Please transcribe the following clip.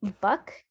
Buck